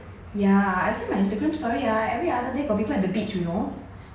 ya I see my instagram story ah every other day got people at the beach you know